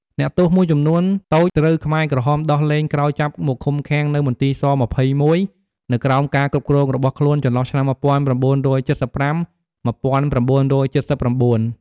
អ្នកទោសមួយចំនួនតូចត្រូវខ្មែរក្រហមដោះលែងក្រោយចាប់មកឃុំឃាំងនៅមន្ទីរស-២១ នៅក្រោមការគ្រប់គ្រងរបស់ខ្លួនចន្លោះឆ្នាំ១៩៧៥-១៩៧៩។